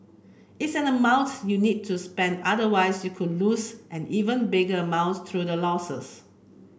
it's an amount you need to spend otherwise you could lose an even bigger amounts through the losses